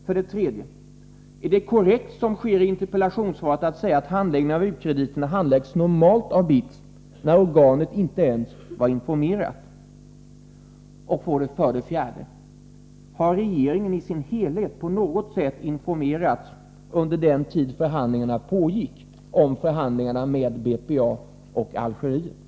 För det tredje: Är det korrekt att säga, som utrikesministern gör i interpellationssvaret, att handläggningen av u-krediterna normalt sköts av BITS när organet i fråga inte ens informerats? För det fjärde: Har hela regeringen på något sätt under den tid som förhandlingarna med BPA och Algeriet pågick informerats om detta?